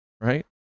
right